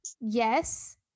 yes